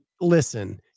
Listen